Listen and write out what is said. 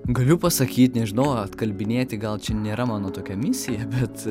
galiu pasakyt nežinau atkalbinėti gal čia nėra mano tokia misija bet